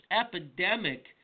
epidemic